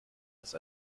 ist